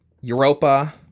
Europa